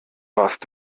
warst